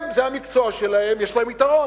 הם, זה המקצוע שלהם, יש להם יתרון.